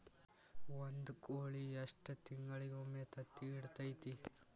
ಒಂದ್ ಕೋಳಿ ಎಷ್ಟ ತಿಂಗಳಿಗೊಮ್ಮೆ ತತ್ತಿ ಇಡತೈತಿ?